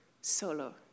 Solo